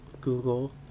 Google